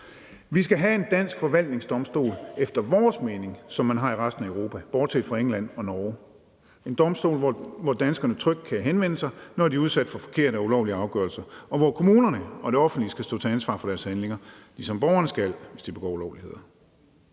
mening have en dansk forvaltningsdomstol ligesom den, man har i resten af Europa, bortset fra England og Norge – en domstol, hvor danskerne trygt kan henvende sig, når de er udsat for forkerte og ulovlige afgørelser, og hvor kommunerne og det offentlige skal stå til ansvar for deres handlinger, ligesom borgerne skal, hvis de begår ulovligheder.